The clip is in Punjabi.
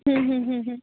ਹੁੰ ਹੁੰ ਹੁੰ ਹੁੰ